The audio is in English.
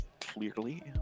clearly